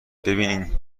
ببین